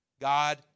God